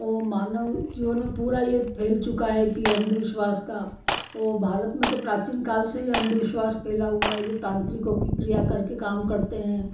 वो मानव जीवन में पूरा ये फैल चुका है कि अंधविश्वास का वो भारत में तो प्राचीन काल से ही अंधविश्वास फैला हुआ है जो तांत्रिकों की क्रिया करके काम करते हैं